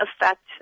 affect